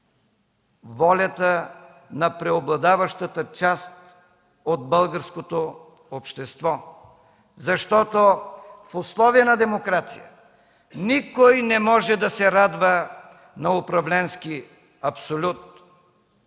волята на преобладаващата част от българското общество, защото в условията на демокрация никой не може да се радва на управленски абсолют.